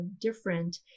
different